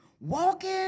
walking